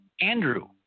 Andrew